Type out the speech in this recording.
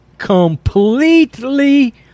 completely